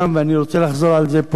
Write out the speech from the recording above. ואני רוצה לחזור על זה פה,